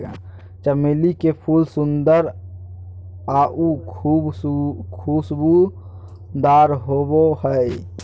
चमेली के फूल सुंदर आऊ खुशबूदार होबो हइ